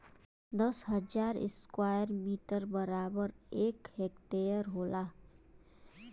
दस हजार square metre बराबर एक हेक्टेयर होला